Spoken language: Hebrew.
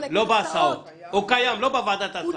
לא בוועדת הסעות.